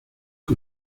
que